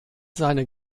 seine